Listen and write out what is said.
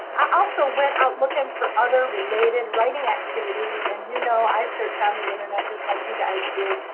i also went out looking for other related writing activities. and you know, i search on the internet just like you guys do.